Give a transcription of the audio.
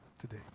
today